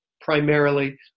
primarily